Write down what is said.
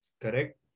correct